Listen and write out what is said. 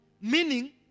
Meaning